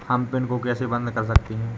हम पिन को कैसे बंद कर सकते हैं?